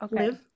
okay